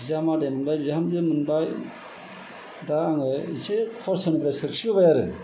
बिजामादै मोनबाय बिहामजो मोनबाय दा आङो इसे खस्त'निफ्राय सोरखिबोबाय आरो